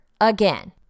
again